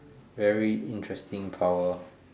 very interesting power